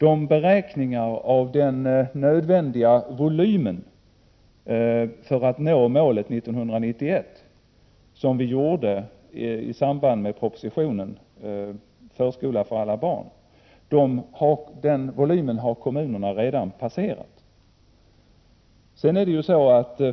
I samband med propositionen Förskola för alla barn gjorde vi beräkningar av den volym som var nödvändig för att nå målet 1991. Den volymen har kommunerna redan passerat.